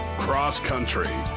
cross country.